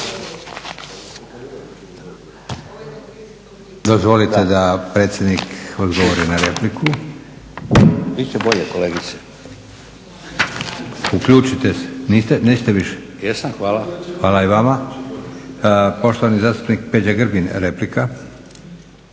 Hvala i vama.